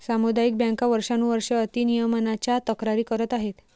सामुदायिक बँका वर्षानुवर्षे अति नियमनाच्या तक्रारी करत आहेत